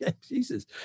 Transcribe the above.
Jesus